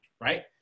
right